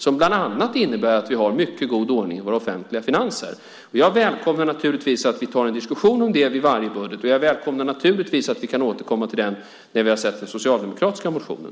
Det innebär bland annat att vi har mycket god ordning i våra finanser. Jag välkomnar naturligtvis att vi tar en diskussion om det vid varje budget och att vi kan återkomma till det när vi har sett den socialdemokratiska motionen.